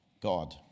God